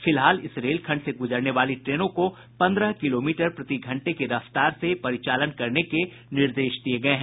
फिलहाल इस रेलखंड से गुजरने वाली ट्रेनों को पंद्रह किलोमीटर प्रति घंटे की रफ्तार से परिचालन करने के निर्देश दिये गये हैं